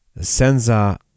Senza